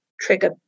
trigger